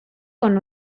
con